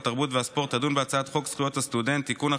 התרבות והספורט תדון בהצעת חוק זכויות הסטודנט (תיקון,